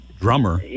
drummer